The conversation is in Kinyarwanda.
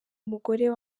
umugore